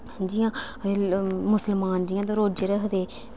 जि'यां मुसलमान जि'यां द रोजे रखदे